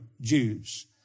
Jews